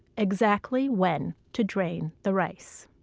exactly when to drain the rice?